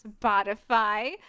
Spotify